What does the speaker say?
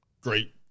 great